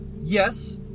yes